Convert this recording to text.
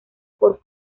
por